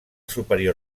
superior